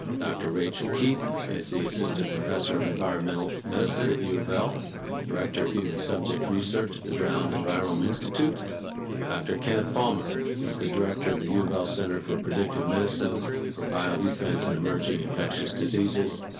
dr. rachel keith is the assistant professor of environmental medicine at u of l director human subject research the brown environments to toot dr. kenneth palme ah is the director of the u of l center for a predictive medicine for biodefense and emerging infectious diseases,